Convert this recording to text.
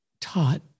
taught